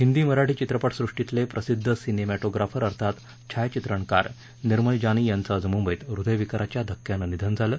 हिंदी मराठी चित्रपट सुष्टीतले प्रसिद्ध सिनेमॅटोग्राफर अर्थात छायाचित्रणकार निर्मल जानी यांचं आज मुंबईत हृदयविकाराच्या धक्क्यानं निधन झालं